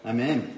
Amen